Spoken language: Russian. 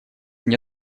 мне